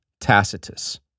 Tacitus